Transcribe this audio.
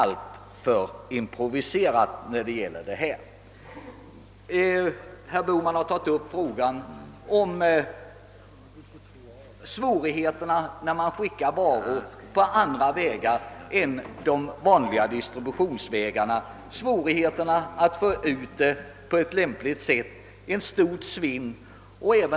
Herr Bohman berörde de svårigheter som uppstår när man skickar varor på andra vägar än de vanliga distributionsvägarna; svårigheter att få fram varorna på lämpligt sätt, ett stort svinn 0. S. V.